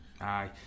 aye